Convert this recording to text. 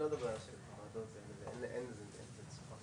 להעביר בכתב כדי שזה ייכנס לתובנות או לתוצאות ולתוצרים של